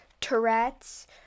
Tourette's